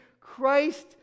Christ